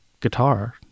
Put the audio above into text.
guitar